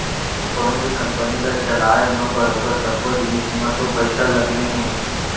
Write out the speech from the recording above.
कोनों भी कंपनी ल चलाय म बरोबर सब्बो जिनिस म तो पइसा लगने हे